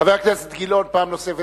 פעם נוספת, חבר הכנסת גילאון ביקש